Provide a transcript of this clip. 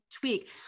tweak